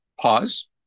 pause